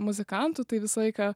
muzikantų tai visą aiką